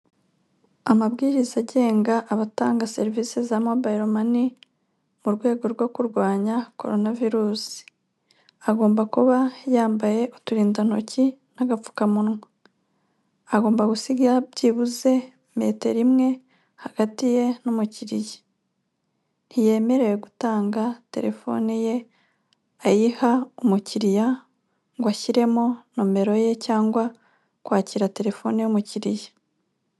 Amabwiriza agenga abatanga serivisi za mobayiromane mu rwego rwo kurwanya koronavirusi agomba kuba yambaye uturindantoki n'agapfukamunwa, agomba gusiga byibuze metero imwe hagati ye n'umukiriya, ntiyemerewe gutanga telefone ye ayiha umukiriya ngo ashyiremo nomero ye cyangwa kwakira telefoni yumukiriya.